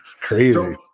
crazy